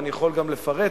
ואני יכול גם לפרט,